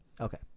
Okay